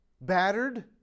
battered